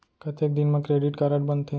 कतेक दिन मा क्रेडिट कारड बनते?